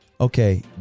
Okay